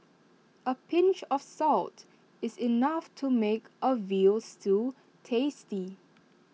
A pinch of salt is enough to make A Veal Stew tasty